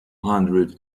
hundred